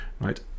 right